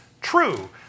true